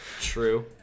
True